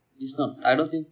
it's not I don't think